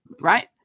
right